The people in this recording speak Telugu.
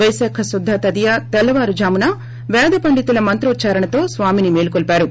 పైశాక శుద్ద తదియ తెల్లవారు ఝామున పేద పండితుల మంత్రోచ్సారణతో స్వామిని మేల్పొలిపారు